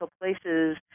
places